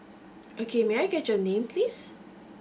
okay may I get your name please